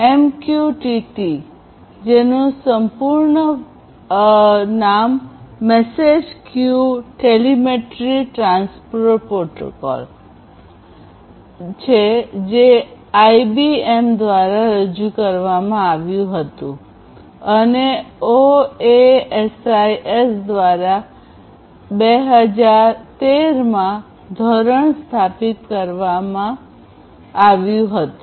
MQTT - સંપૂર્ણ form message queue telemetry transport છે જે આઇબીએમ દ્વારા રજૂ કરવામાં આવ્યું હતું અને ઓએએસઆઈએસ દ્વારા 2013 માં ધોરણ સ્થાપિત કરવામાં માનકીકરણ કરવું standardize આવ્યું હતું